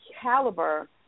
caliber